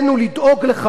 אדוני היושב-ראש,